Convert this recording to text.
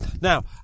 Now